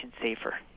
safer